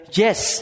yes